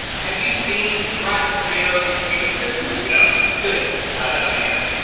have you seen the rotten tomatoes page for this movie? no. good. i haven't either.